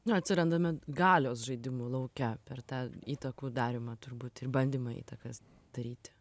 jo atsirandame galios žaidimų lauke per tą įtakų darymą turbūt ir bandymą įtakas daryti